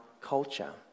culture